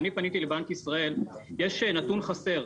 פניתי לבנק ישראל ויש נתון חסר.